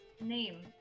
name